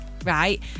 right